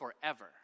forever